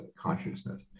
consciousness